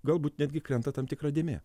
galbūt netgi krenta tam tikra dėmė